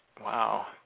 wow